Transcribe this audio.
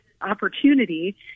opportunity